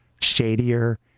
shadier